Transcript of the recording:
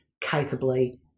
capably